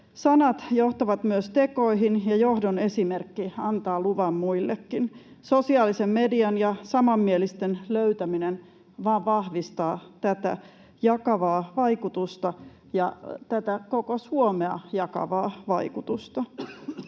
Sanat johtavat myös tekoihin, ja johdon esimerkki antaa luvan muillekin. Sosiaalisen median ja samanmielisten löytäminen vain vahvistaa tätä jakavaa vaikutusta ja tätä koko Suomea jakavaa vaikutusta.